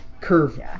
curve